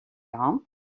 jan